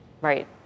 Right